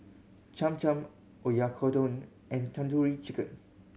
Cham Cham Oyakodon and Tandoori Chicken